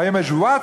היום יש ווטסאפ,